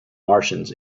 martians